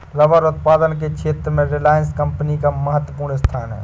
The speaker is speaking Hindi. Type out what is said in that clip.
रबर उत्पादन के क्षेत्र में रिलायंस कम्पनी का महत्त्वपूर्ण स्थान है